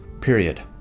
period